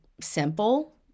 simple